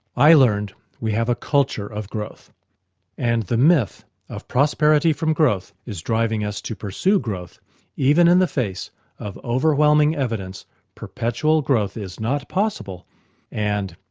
i learned we have a culture of growth and the myth of prosperity from growth is driving us to pursue growth even in the face of overwhelming evidence perpetual growth is not possible and,